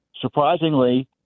surprisingly